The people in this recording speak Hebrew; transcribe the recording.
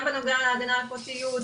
גם בנוגע להגנה על הפרטיות,